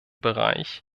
bereich